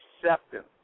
acceptance